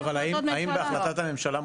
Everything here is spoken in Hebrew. אבל האם בהחלטת הממשלה,